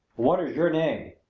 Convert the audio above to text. what is your name?